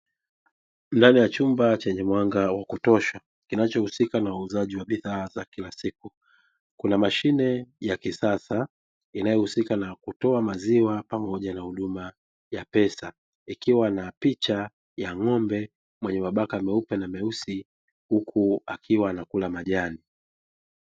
Ndani ya chumba chenye mwanga wa kutosha kinachohusika na uuzaji wa bidhaa za kila siku, kuna mashine ya kisasa inayohusika na kutoa maziwa pamoja na huduma ya pesa, ikiwa na picha ya ng'ombe mwenye mabaka meupe na meusi huku akiwa anakula majani.